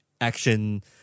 action